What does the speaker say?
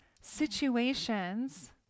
situations